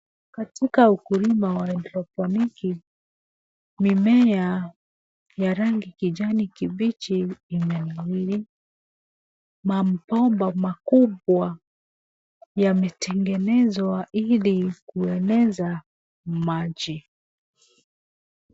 Katika ukulima wa hydroponic ,mimea ya rangi kijani kibichi yamenawiri. Mabomba makubwa yametengenezwa ili kueneza maji.